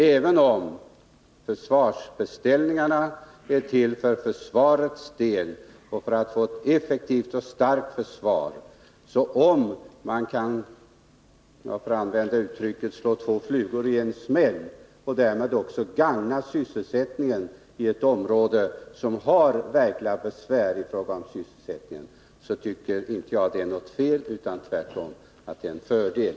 Även om försvarsbeställningarna är till för försvarets del och för att få ett effektivt och starkt försvar, så är det inte något fel om man kan slå två flugor i en smäll och även gagna sysselsättningen i ett område som har verkliga sysselsättningsbekymmer. Det tycker jag snarare är en fördel.